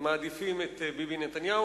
מעדיפים את ביבי נתניהו,